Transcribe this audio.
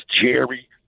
Jerry